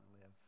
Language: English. live